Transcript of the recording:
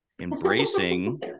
embracing